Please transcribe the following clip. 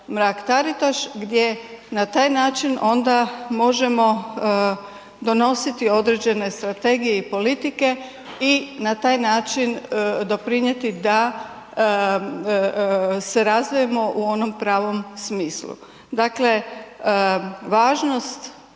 Mrak Taritaš gdje na taj način onda možemo donositi određene strategije i politike i na taj način doprinijeti da se razvijemo u onom pravom smislu. Dakle, važnost